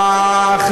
ההמשך.